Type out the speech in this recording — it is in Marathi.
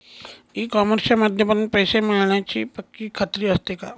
ई कॉमर्सच्या माध्यमातून पैसे मिळण्याची पक्की खात्री असते का?